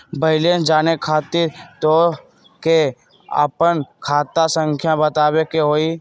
Balance जाने खातिर तोह के आपन खाता संख्या बतावे के होइ?